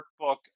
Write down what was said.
workbook